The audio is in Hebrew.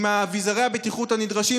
עם אביזרי הבטיחות הנדרשים,